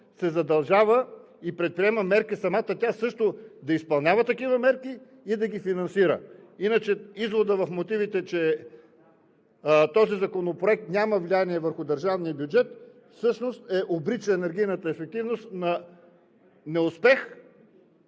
се задължава и предприема мерки самата тя също да изпълнява такива мерки и да ги финансира. Иначе изводът в мотивите, че този законопроект няма влияние върху държавния бюджет всъщност обрича енергийната ефективност на неуспех.